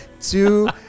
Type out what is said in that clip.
Two